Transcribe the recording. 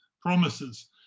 promises